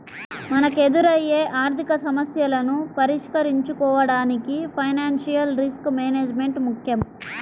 మనకెదురయ్యే ఆర్థికసమస్యలను పరిష్కరించుకోడానికి ఫైనాన్షియల్ రిస్క్ మేనేజ్మెంట్ ముక్కెం